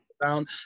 down